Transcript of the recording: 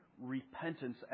repentance